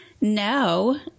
no